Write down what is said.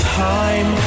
time